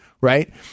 right